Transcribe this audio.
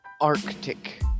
Arctic